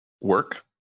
work